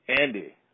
Andy